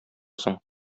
соң